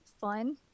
fun